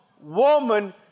woman